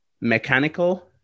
mechanical